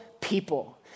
people